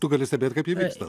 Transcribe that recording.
tu gali stebėt kaip ji vyksta